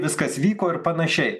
viskas vyko ir panašiai